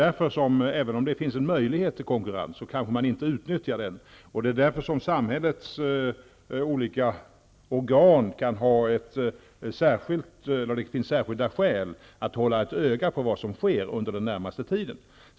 Även om det finns en möjlighet till konkurrens kanske man inte utnyttjar den, och det är därför som samhällets olika organ kan ha särskilda skäl att hålla ett öga på vad som sker under den närmaste tiden.